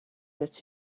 that